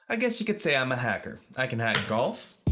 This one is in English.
i guess you could say i'm a hacker. i can hack golf,